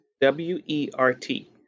W-E-R-T